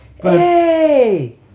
Hey